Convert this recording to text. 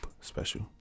special